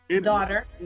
daughter